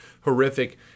horrific